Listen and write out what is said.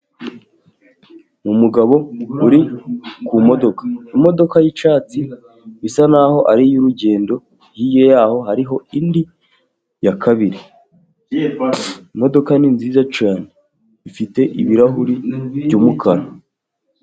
Umugabo uri ku modoka, imodoka y'icyatsi bisa n'aho ari iy'urugendo, hirya yaho hari indi ya kabiri ,imodoka ni nziza cyane ifite ibirahuri by'umukara.